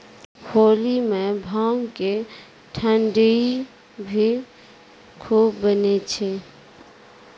होली मॅ भांग के ठंडई भी खूब बनै छै